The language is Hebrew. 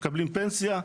מקבלים פנסיה,